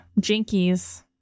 jinkies